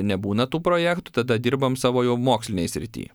nebūna tų projektų tada dirbam savo jau mokslinėj srity